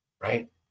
right